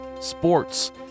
sports